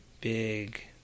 big